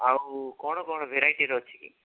ଆଉ କ'ଣ କ'ଣ ଭେରାଇଟ୍ର ଅଛି କି